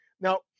Now